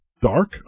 Dark